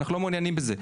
ואנחנו לא מעוניינים בזה.